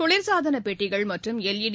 குளிசாதனப் பெட்டிகள் மற்றும் எல்இடி